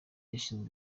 ashize